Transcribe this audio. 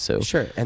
Sure